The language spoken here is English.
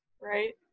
right